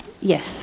Yes